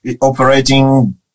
operating